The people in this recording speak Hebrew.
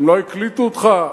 אם לא הקליטו אותך,